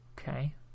okay